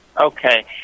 Okay